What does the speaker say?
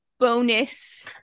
Bonus